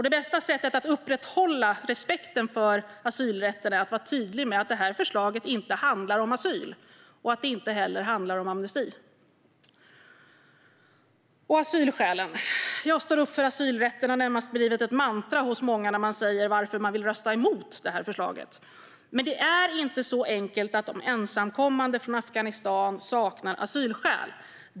Det bästa sättet att upprätthålla respekten för asylrätten är att vara tydlig med att det här förslaget inte handlar om asyl och att det inte heller handlar om amnesti. Sedan gäller det asylskälen. Jag står upp för asylrätten - det har närmast blivit ett mantra för många när de säger varför de vill rösta emot detta förslag. Men det är inte så enkelt att de ensamkommande från Afghanistan saknar asylskäl.